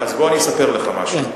אז בוא אני אספר לך משהו.